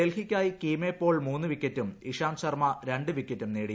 ഡൽഹിയ്ക്കായി Keemo Paul മൂന്ന് വിക്കറ്റും ഇഷാന്ത് ശർമ്മ രണ്ട് വിക്കറ്റും നേടി